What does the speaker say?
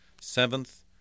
Seventh